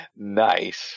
nice